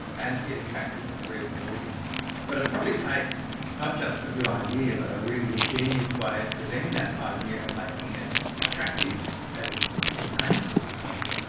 and it attracted a reasonable audience. but it probably takes not just a good idea but a really ingenious way of presenting that idea and making it attractive as entertainment, i suppose,